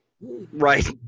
Right